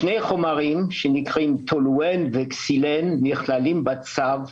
שני חומרים שנקראים טולואן וקסילין נכללים בצו,